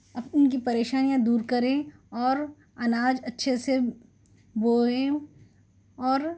ان کی پریشانیاں دور کریں اور اناج اچھے سے بوئیں اور